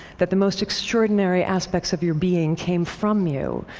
that the most extraordinary aspects of your being came from you.